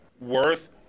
worth